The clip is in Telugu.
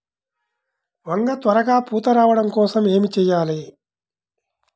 వంగ త్వరగా పూత రావడం కోసం ఏమి చెయ్యాలి?